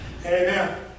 Amen